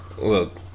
Look